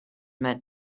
meant